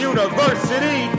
University